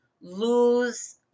lose